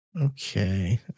Okay